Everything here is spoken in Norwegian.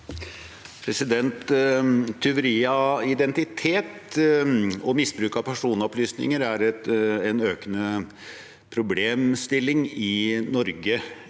Tyveri av identitet og misbruk av personopplysninger er en økende problemstilling i Norge.